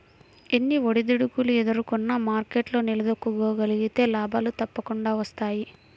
ఎన్ని ఒడిదుడుకులు ఎదుర్కొన్నా మార్కెట్లో నిలదొక్కుకోగలిగితే లాభాలు తప్పకుండా వస్తాయి